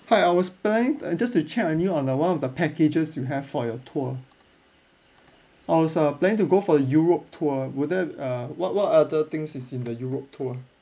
hi I was planning uh just to check on you on a one of the packages you have for your tour I was uh planning to go for europe tour would there uh what what are the things is in the europe tour